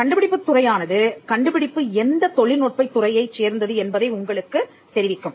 கண்டுபிடிப்புத் துறையானது கண்டுபிடிப்பு எந்த தொழில்நுட்பத் துறையைச் சேர்ந்தது என்பதை உங்களுக்கு தெரிவிக்கும்